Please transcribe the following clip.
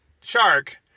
shark